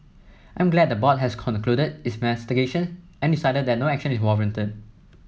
I'm glad the board has concluded its investigation and decided that no action is warranted